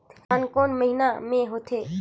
धान कोन महीना मे होथे?